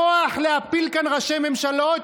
כוח להפיל כאן ראשי ממשלות.